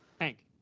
Hank